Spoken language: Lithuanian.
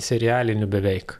serialinių beveik